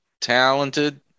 talented